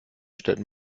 stellt